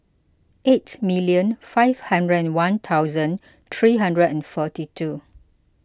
eight million five hundred and one thousand three hundred and forty two